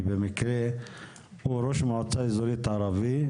שבמקרה הוא ראש מועצה אזורית ערבי,